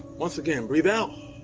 once again, breathe out,